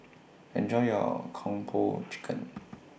Enjoy your Kung Po Chicken